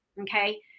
Okay